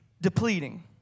depleting